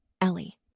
Ellie